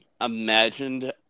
imagined